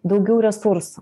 daugiau resursų